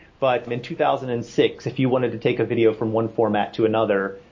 but in two thousand and six if you wanted to take a video from one format to another,